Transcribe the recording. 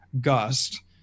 gust